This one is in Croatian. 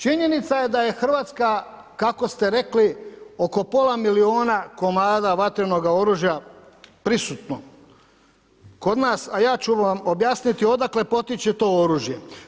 Činjenica je da je Hrvatska kako ste rekli oko pola milijuna komada vatrenoga oružja prisutno kod nas, a ja ću vam objasniti odakle potiče to oružje.